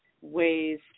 ways